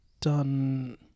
done